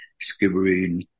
Skibbereen